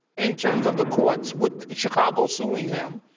in terms of the courts, with chicago suing him.